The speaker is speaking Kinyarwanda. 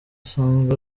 asanzwe